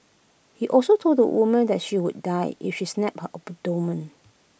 he also told the woman that she would die if he stabbed her abdomen